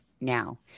now